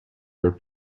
were